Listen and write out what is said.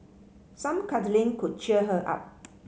some cuddling could cheer her up